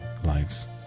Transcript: Lives